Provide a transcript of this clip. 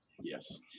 Yes